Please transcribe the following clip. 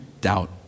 doubt